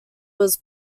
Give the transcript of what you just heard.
was